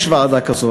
יש ועדה כזאת,